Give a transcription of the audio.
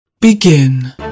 Begin